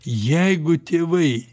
jeigu tėvai